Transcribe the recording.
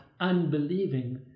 unbelieving